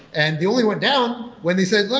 and they only went down when they said,